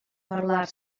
parlar